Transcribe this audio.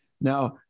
now